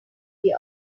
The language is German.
die